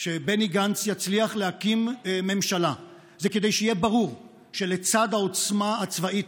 שבני גנץ יצליח להקים ממשלה זה כדי שיהיה ברור שלצד העוצמה הצבאית,